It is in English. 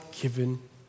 given